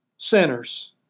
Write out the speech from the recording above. Sinners